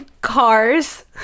Cars